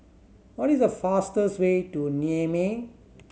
what is the fastest way to Niamey